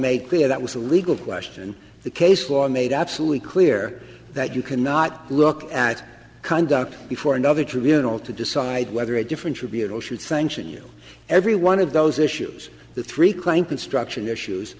clear that was a legal question the case law made absolutely clear that you cannot look at conduct before another tribunal to decide whether a different tribunal should sanction you every one of those issues the three claim construction issues